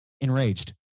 enraged